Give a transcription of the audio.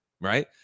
right